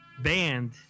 band